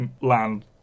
land